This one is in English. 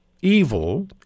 evil